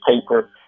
paper